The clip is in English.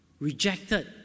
rejected